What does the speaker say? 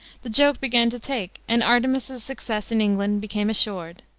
the joke began to take, and artemus's success in england became assured.